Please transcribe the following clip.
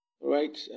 right